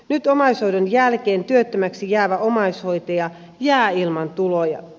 nyt omaishoidon jälkeen työttömäksi jäävä omaishoitaja jää ilman tuloja